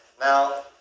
Now